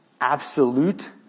absolute